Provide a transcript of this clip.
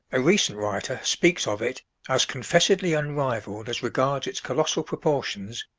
a recent writer speaks of it as confessedly unrivaled as regards its colossal proportions,